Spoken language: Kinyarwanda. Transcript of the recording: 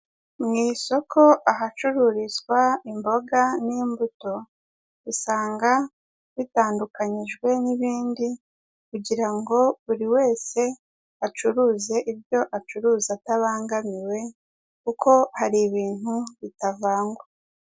Mu isoko ahacururizwa imboga n'imbuto, usanga bitandukanyijwe n'ibindi kugira ngo buri wese acuruze ibyo acuruza atabangamiwe, kuko hari ibintu bitavangwa.